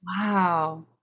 Wow